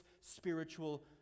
spiritual